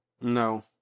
No